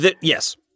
Yes